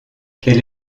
quel